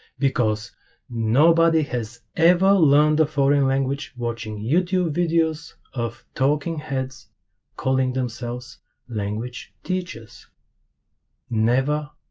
because nobody has ever learned a foreign language watching youtube videos of talking heads calling themselves language teachers never,